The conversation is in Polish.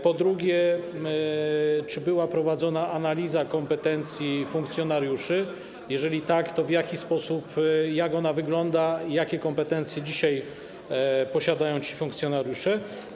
Po drugie, czy była prowadzona analiza kompetencji funkcjonariuszy, a jeżeli tak, to w jaki sposób, jak ona wygląda, jakie kompetencje dzisiaj posiadają ci funkcjonariusze?